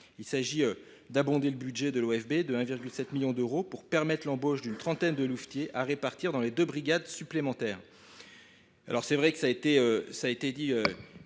Il s’agit d’abonder le budget de l’OFB de 1,7 million d’euros pour permettre l’embauche d’une trentaine de louvetiers, à répartir dans les deux brigades supplémentaires. Mme la rapporteure a indiqué